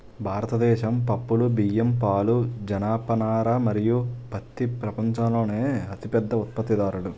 భారతదేశం పప్పులు, బియ్యం, పాలు, జనపనార మరియు పత్తి ప్రపంచంలోనే అతిపెద్ద ఉత్పత్తిదారులు